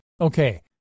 Okay